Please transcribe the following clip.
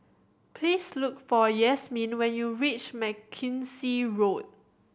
please look for Yasmine when you reach Mackenzie Road